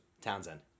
Townsend